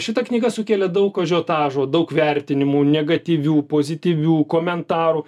šita knyga sukėlė daug ažiotažo daug vertinimų negatyvių pozityvių komentarų